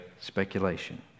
speculation